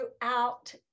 throughout